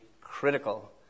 critical